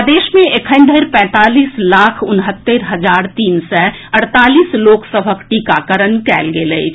प्रदेश मे एखन धरि पैंतालीस लाख उनहत्तरि हजार तीन सय अड़तालीस लोक सभक टीकाकरण कएल गेल अछि